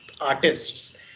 artists